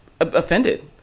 offended